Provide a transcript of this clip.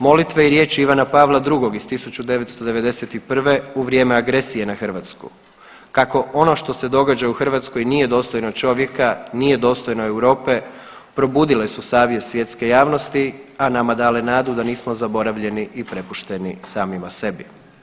Molitve i riječi Ivana Pavla II iz 1991. u vrijeme agresije na Hrvatsku kako ono što se događa u Hrvatskoj nije dostojno čovjeka, nije dostojno Europe probudile su savjest svjetske javnosti, a nama dale nadu da nismo zabravljeni i prepušteni samima sebi.